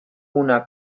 una